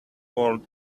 world